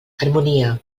harmonia